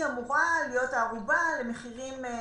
אמורה להיות הערובה למחירים סבירים.